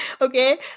okay